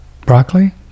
Broccoli